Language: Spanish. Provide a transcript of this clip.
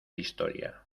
historia